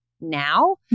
now